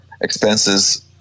expenses